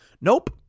Nope